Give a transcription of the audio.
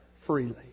freely